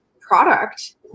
product